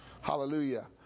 Hallelujah